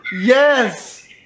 Yes